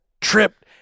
tripped